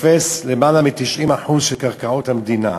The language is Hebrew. תופס למעלה מ-90% של קרקעות המדינה,